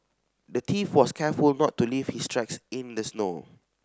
the thief was careful not to leave his tracks in the snow